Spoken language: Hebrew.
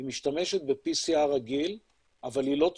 היא משתמשת ב- PCRרגיל,